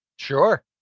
sure